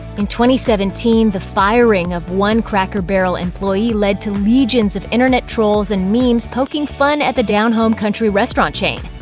in two seventeen, the firing of one cracker barrel employee led to legions of internet trolls and memes poking fun at the down-home country restaurant chain.